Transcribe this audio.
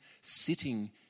sitting